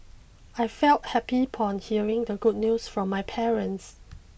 I felt happy upon hearing the good news from my parents